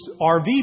RV